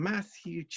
Matthew